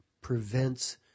prevents